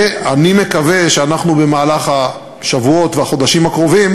ואני מקווה שאנחנו במהלך השבועות והחודשים הקרובים